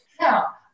Now